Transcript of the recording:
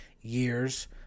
years